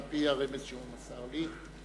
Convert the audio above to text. על-פי הרמז שהוא מסר לי,